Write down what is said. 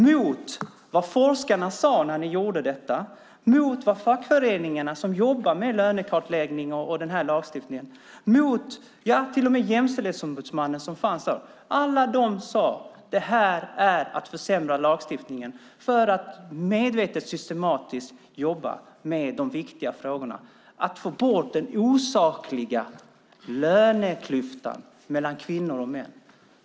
När ni gjorde detta var det mot vad forskarna sade, mot vad fackföreningarna som jobbar med lönekartläggning och den här lagstiftningen sade och till och med mot vad Jämställdhetsombudsmannen som fanns då sade. Alla dessa sade att det är att försämra lagstiftningen när det gäller att medvetet och systematiskt jobba med de viktiga frågorna med att få bort den osakliga löneklyftan mellan kvinnor och män.